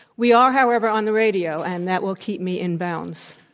we are, however, on the radio, and that will keep me in bounds.